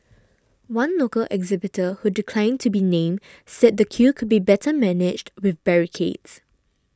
one local exhibitor who declined to be named said the queue could be better managed with barricades